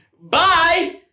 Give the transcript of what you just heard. Bye